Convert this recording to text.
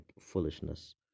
foolishness